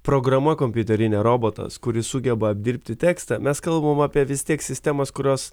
programa kompiuterinė robotas kuris sugeba apdirbti tekstą mes kalbam apie vis tiek sistemas kurios